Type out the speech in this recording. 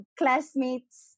classmates